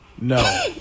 No